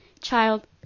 Child